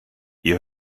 ihr